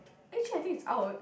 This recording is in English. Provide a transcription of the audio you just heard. actually I think it's out